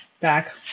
back